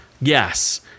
Yes